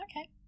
Okay